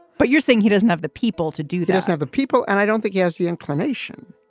but you're saying he doesn't have the people to do doesn't have the people. and i don't think he has the inclination.